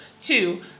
two